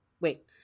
Wait